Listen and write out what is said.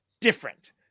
different